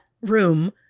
room